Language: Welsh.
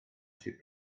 sydd